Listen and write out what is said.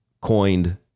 coined